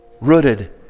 rooted